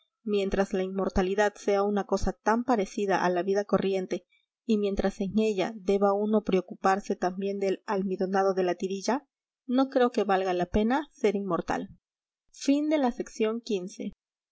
mientras la inmortalidad sea una cosa tan parecida a la vida corriente y mientras en ella deba uno preocuparse también del almidonado de la tirilla no creo que valga la pena ser inmortal xvi un admirador